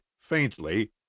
faintly